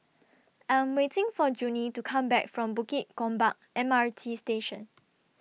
I'm waiting For Junie to Come Back from Bukit Gombak M R T Station